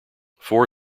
four